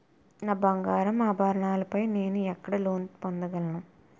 నా బంగారు ఆభరణాలపై నేను ఎక్కడ లోన్ పొందగలను?